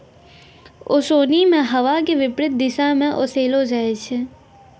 ओसोनि मे हवा के विपरीत दिशा म ओसैलो जाय छै